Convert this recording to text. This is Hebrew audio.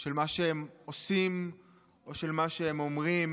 של מה שהם עושים או של מה שהם אומרים,